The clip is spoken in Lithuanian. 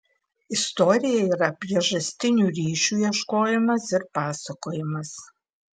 istorija yra priežastinių ryšių ieškojimas ir pasakojimas